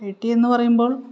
I T എന്നു പറയുമ്പോൾ